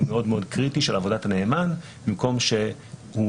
בייחוד אצל